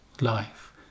life